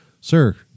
Sir